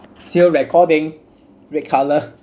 still recording red colour